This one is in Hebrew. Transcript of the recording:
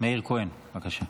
מאיר כהן, בבקשה.